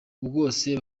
bwose